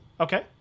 okay